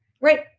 right